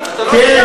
אמרתי,